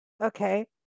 Okay